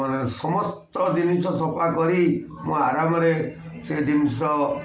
ମାନେ ସମସ୍ତ ଜିନିଷ ସଫା କରି ମୁଁ ଆରାମରେ ସେ ଜିନିଷ